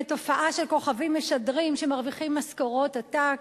תופעה של כוכבים משדרים שמרוויחים משכורות עתק,